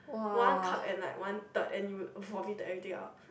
one cup and like one third and you vomit the everything out